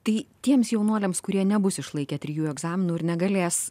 tai tiems jaunuoliams kurie nebus išlaikę trijų egzaminų ir negalės